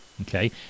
okay